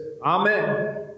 Amen